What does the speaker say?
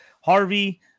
Harvey